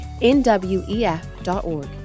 NWEF.org